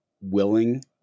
willing